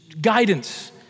guidance